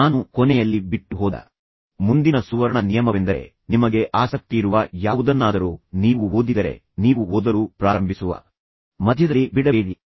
ನಾನು ಕೊನೆಯಲ್ಲಿ ಬಿಟ್ಟುಹೋದ ಮುಂದಿನ ಸುವರ್ಣ ನಿಯಮವೆಂದರೆ ನಿಮಗೆ ಆಸಕ್ತಿಯಿರುವ ಯಾವುದನ್ನಾದರೂ ನೀವು ಓದಿದರೆ ನೀವು ಓದಲು ಪ್ರಾರಂಭಿಸುವ ಯಾವುದನ್ನಾದರೂ ಅದನ್ನು ಮುಗಿಸಲು ಪ್ರಯತ್ನಿಸಿ